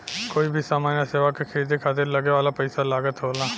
कोई भी समान या सेवा के खरीदे खातिर लगे वाला पइसा लागत होला